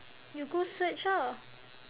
you go search ah